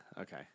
Okay